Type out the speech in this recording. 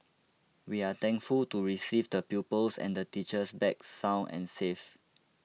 we are thankful to receive the pupils and the teachers back sound and safe